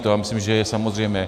To já myslím, že je samozřejmé.